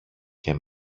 και